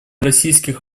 российских